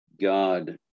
God